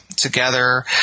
together